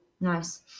Nice